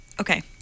Okay